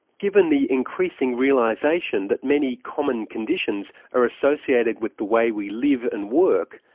given the increasing realisation that many common conditions are associated with the way we live and work,